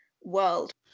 world